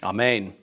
Amen